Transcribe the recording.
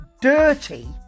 dirty